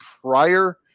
prior